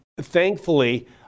thankfully